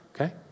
Okay